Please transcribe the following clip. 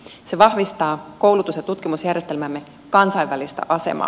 se vahvistaa koulutus ja tutkimusjärjestelmämme kansainvälistä asemaa